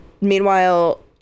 Meanwhile